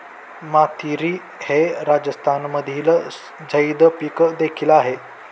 मातीरी हे राजस्थानमधील झैद पीक देखील आहे